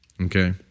okay